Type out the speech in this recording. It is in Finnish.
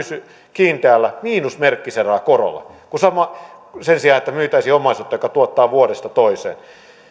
kiinteällä miinusmerkkisellä korolla sen sijaan että myytäisiin omaisuutta joka tuottaa vuodesta toiseen